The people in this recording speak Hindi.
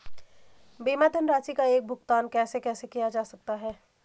बीमा धनराशि का भुगतान कैसे कैसे किया जा सकता है?